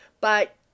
But